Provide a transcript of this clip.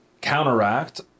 counteract